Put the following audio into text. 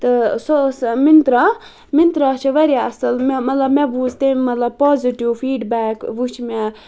تہٕ سۄ ٲسۍ مِنترا مِنترا چھِ واریاہ اَصٕل مطلب مےٚ بوٗز تٔمۍ مطلب پوزِٹیو فیٖڈبیک وُچھ مےٚ